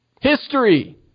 history